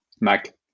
Mac